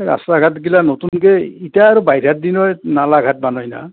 এই ৰাষ্টা ঘাটগিলা নতুনকৈ এতিয়া আৰু বাহিৰা দিনত নলা ঘাট বানাই না